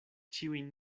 ĉiujn